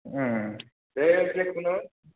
दे जेखुनु